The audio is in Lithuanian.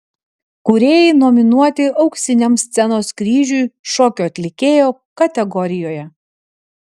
kūrėjai nominuoti auksiniam scenos kryžiui šokio atlikėjo kategorijoje